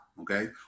okay